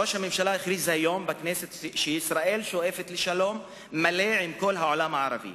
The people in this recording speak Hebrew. ראש הממשלה הכריז היום בכנסת שישראל שואפת לשלום מלא עם כל העולם הערבי,